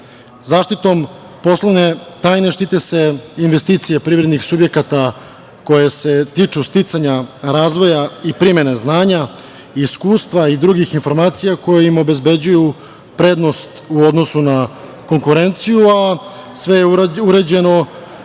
interesu.Zaštitom poslovne tajne štite se investicije privrednih subjekata koje se tiču sticanja, razvoja i primene znanja i iskustva i drugih informacija, koje im obezbeđuju prednost u odnosu na konkurenciju, a sve je uređeno